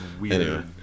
weird